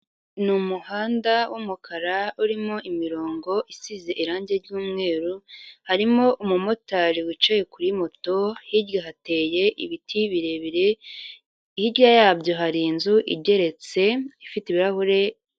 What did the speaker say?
Ni muhanda w'umukara urimo imirongo isize irangi ryumweru, harimo umumotari wicaye kuri moto, hirya hateye ibiti birebire, hirya yabyo hari inzu igeretse ifite ibirahure.